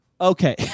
Okay